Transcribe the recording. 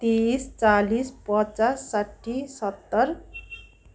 तिस चालिस पचास साठी सत्तर